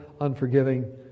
unforgiving